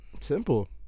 Simple